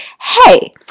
Hey